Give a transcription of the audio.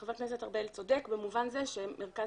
חבר הכנסת ארבל צודק במובן זה שהמרכז